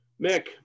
Mick